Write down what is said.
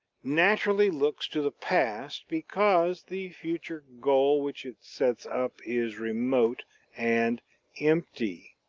naturally looks to the past because the future goal which it sets up is remote and empty.